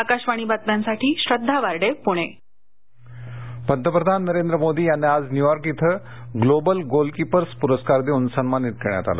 आकाशवाणी बातम्यांसाठी श्रद्धा वार्डे पूणे मोदी परस्कार पंतप्रधान नरेंद्र मोदी यांना आज न्यूयॉर्क इथं ग्लोबलगोलकीपर्स पुरस्कार देऊन सन्मानित करण्यातआलं